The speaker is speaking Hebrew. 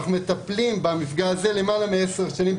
אנחנו מטפלים במפגע הזה למעלה מ-10 שנים.